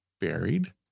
buried